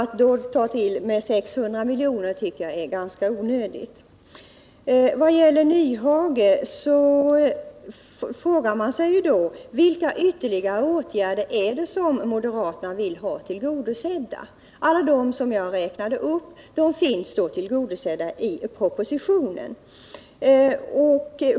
Att då ta till med 600 milj.kr. är ganska onödigt. När det gäller Hans Nyhages uttalanden kan man fråga sig vilka ytterligare krav moderaterna vill ha tillgodosedda. Alla krav som jag räknat upp finns tillgodosedda i propositionen.